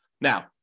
Now